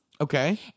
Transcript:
okay